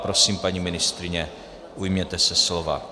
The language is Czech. Prosím, paní ministryně, ujměte se slova.